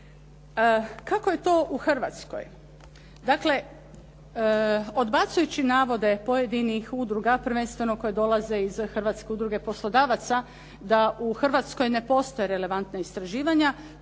Kako je to u Hrvatskoj?